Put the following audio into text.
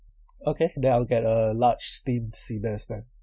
okay then I'll get a large steamed sea bass then